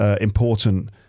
important